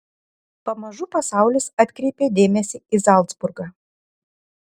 pamažu pasaulis atkreipė dėmesį į zalcburgą